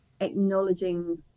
acknowledging